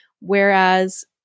Whereas